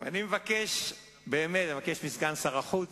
אני מבקש מסגן שר החוץ,